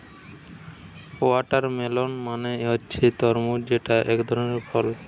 watermelon মানে হচ্ছে তরমুজ যেটা একধরনের ফল